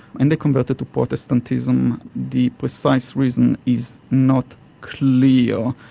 and converted to protestantism, the precise reason is not clear,